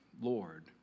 Lord